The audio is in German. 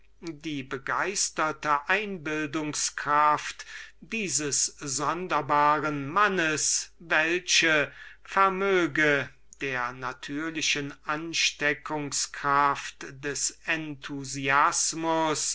die begeisterte imagination dieses sonderbaren mannes welche vermöge der natürlichen ansteckungs kraft des enthusiasmus